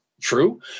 True